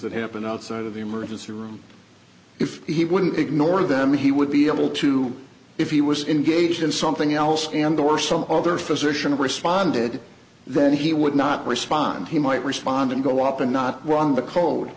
that happened outside of the emergency room if he wouldn't ignore them he would be able to if he was in aged and something else and or some other physician responded then he would not respond he might respond and go up and not